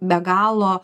be galo